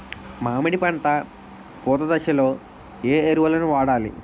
మామిడి పంట పూత దశలో ఏ ఎరువులను వాడాలి?